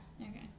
Okay